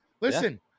listen